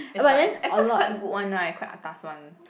that's why at first quite good one right quite atas one